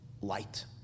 light